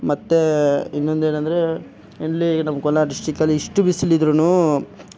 ಮತ್ತು ಇನ್ನೊಂದೇನಂದರೆ ಇಲ್ಲಿ ನಮ್ಮ ಕೋಲಾರ ಡಿಶ್ಟಿಕಲಿ ಇಷ್ಟು ಬಿಸಿಲಿದ್ರು